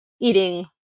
eating